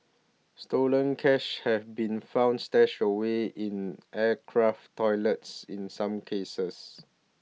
stolen cash have been found stashed away in aircraft toilets in some cases